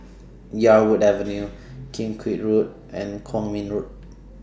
Yarwood Avenue Kim Keat Road and Kwong Min Road